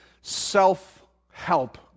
self-help